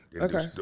Okay